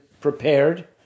prepared